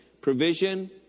provision